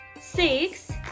six